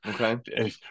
okay